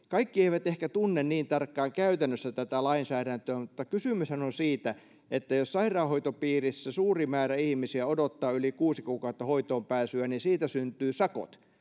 kaikki eivät ehkä tunne niin tarkkaan käytännössä tätä lainsäädäntöä mutta kysymyshän on siitä että jos sairaanhoitopiirissä suuri määrä ihmisiä odottaa yli kuusi kuukautta hoitoon pääsyä niin siitä syntyy sakot